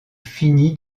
finit